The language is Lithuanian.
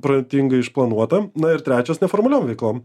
protingai išplanuota na ir trečias neformaliom veiklom